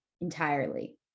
entirely